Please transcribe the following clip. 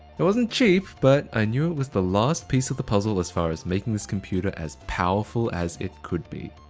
it wasn't cheap, but i knew it was the last piece of the puzzle as far as making this computer as powerful as it could be.